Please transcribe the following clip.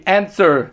answer